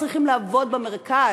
הם צריכים לעבוד במרכז.